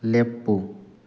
ꯂꯦꯞꯄꯨ